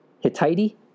Hittite